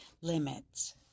limits